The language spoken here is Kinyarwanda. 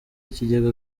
ikigega